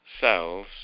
cells